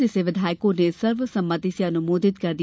जिसे विधायकों ने सर्व सम्मति से अनुमोदित कर दिया